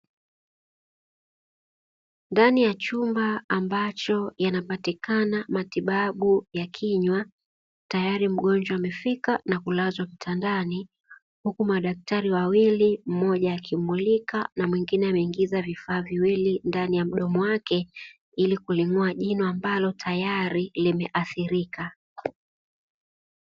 Ndani ya chumba ambacho yanapatikana matibabu ya kinywa, tayari mgonjwa amefika na kulazwa kitandani, huku madaktari wawili mmoja akimulika na mwingine ameingiza vifaa viwili ndani ya mdomo wake, ili kuling'oa jino ambalo tayari limeathirika.